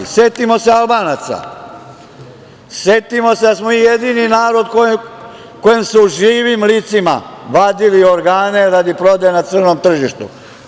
Setimo se Albanaca, setimo se da smo jedini narod kojem su živim licima vadili organe radi prodaje na crnom tržištu.